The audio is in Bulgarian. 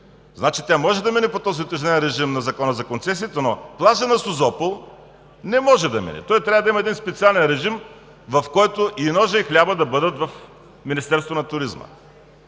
тя може да мине по този утежнен режим на Закона за концесиите, но плажът на Созопол не може да мине и той трябва да има един специален режим, в който и ножът, и хлябът да бъдат в Министерството на туризма.